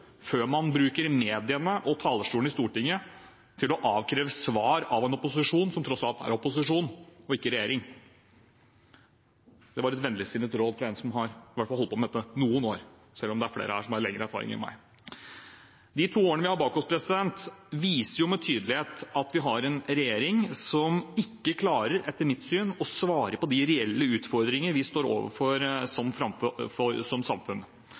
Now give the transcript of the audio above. før man bruker mediene og talerstolen i Stortinget til å avkreve svar av en opposisjon, som tross alt er opposisjon og ikke regjering. Det var et vennligsinnet råd fra en som i hvert fall har holdt på med dette noen år, selv om det er flere her som har lengre erfaring enn meg. De to årene vi har bak oss, viser med tydelighet at vi har en regjering som etter mitt syn ikke klarer å svare på de reelle utfordringene vi står overfor som samfunn. Det handler om det store hovedtemaet som